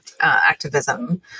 activism